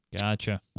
Gotcha